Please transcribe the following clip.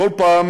פעם,